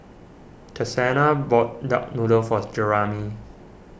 Texanna bought Duck Noodle for Jeramie